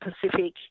Pacific